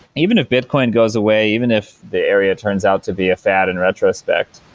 even if bitcoin goes away, even if the area turns out to be a fad in retrospect,